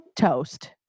toast